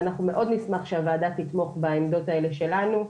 ואנחנו מאוד נשמח שהוועדה תתמוך בעמדות האלה שלנו.